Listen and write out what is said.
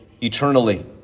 eternally